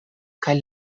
kaj